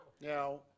Now